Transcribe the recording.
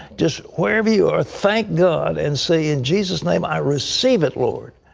just where ever you are, thank god and say in jesus' name, i receive it lord,